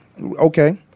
Okay